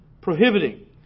prohibiting